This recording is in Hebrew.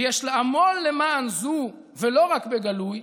ויש לעמול למען זו ולא רק בגלוי,